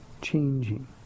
changing